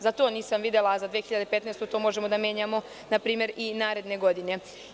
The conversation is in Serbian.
Za to nisam videla, a za 2015. godinu, to možemo da menjamo i naredne godine.